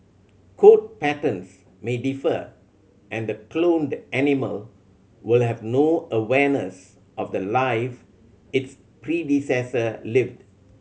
coat patterns may differ and the cloned animal will have no awareness of the life its predecessor lived